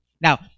Now